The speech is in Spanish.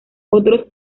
otros